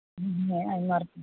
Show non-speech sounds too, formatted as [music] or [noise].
[unintelligible]